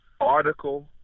article